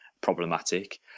problematic